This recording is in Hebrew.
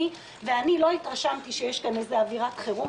ואני לא התרשמתי שיש כאן איזו אווירת חירום.